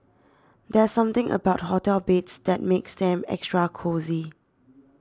there's something about hotel beds that makes them extra cosy